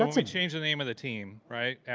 um you change the name of the team.